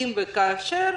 אם וכאשר,